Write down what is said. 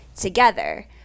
together